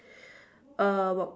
uh